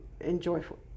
enjoyable